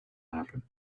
happen